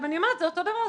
אני אומרת, זה אותו דבר.